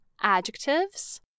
adjectives